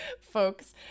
folks